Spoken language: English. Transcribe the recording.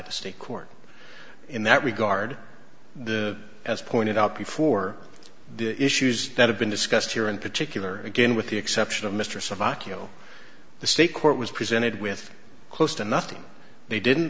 the state court in that regard the as pointed out before the issues that have been discussed here in particular again with the exception of mistress of akio the state court was presented with close to nothing they didn't